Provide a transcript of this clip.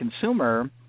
consumer